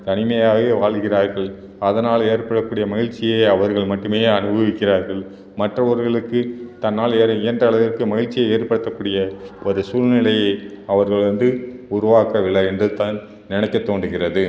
தனிமையாகவே வாழ்கிறார்கள் அதனால் ஏற்படக்கூடிய மகிழ்ச்சியை அவர்கள் மட்டுமே அனுபவிக்கிறார்கள் மற்றவர்களுக்கு தன்னால் வேறு இயன்ற அளவிற்கு மகிழ்ச்சியை ஏற்படுத்தக் கூடிய ஒரு சூழ்நிலையை அவர்கள் வந்து உருவாக்கவில்லை என்று தான் நினைக்க தோன்றுகிறது